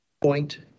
point